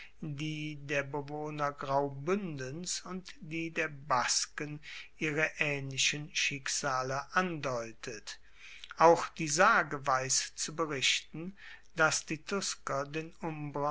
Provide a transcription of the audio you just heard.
der bewohner graubuendens und die der basken ihre aehnlichen schicksale andeutet auch die sage weiss zu berichten dass die tusker den